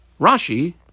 Rashi